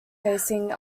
facing